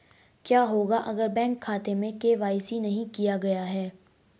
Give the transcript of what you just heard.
क्या होगा अगर बैंक खाते में के.वाई.सी नहीं किया गया है?